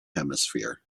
hemisphere